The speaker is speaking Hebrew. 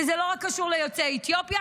וזה לא קשור רק ליוצאי אתיופיה,